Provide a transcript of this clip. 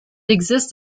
exists